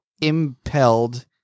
impelled